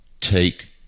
take